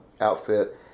outfit